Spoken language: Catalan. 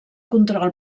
control